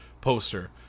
poster